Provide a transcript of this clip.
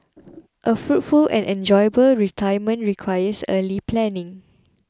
a fruitful and enjoyable retirement requires early planning